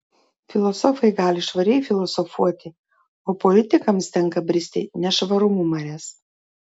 filosofai gali švariai filosofuoti o politikams tenka bristi nešvarumų marias